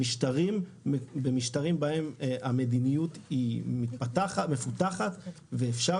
במשטרים בהם המדיניות היא מפותחת ואפשר